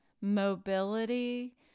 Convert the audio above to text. mobility